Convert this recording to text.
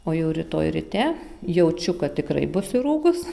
o jau rytoj ryte jaučiu kad tikrai bus įrūgus